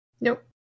Nope